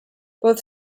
both